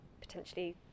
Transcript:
potentially